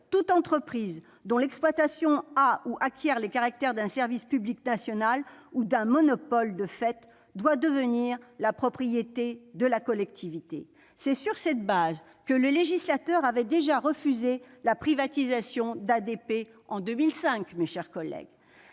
toute entreprise, dont l'exploitation a ou acquiert les caractères d'un service public national ou d'un monopole de fait, doit devenir la propriété de la collectivité. » C'est sur cette base que le législateur avait déjà refusé la privatisation d'ADP en 2005. Cette